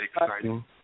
exciting